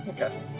Okay